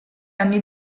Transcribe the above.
anni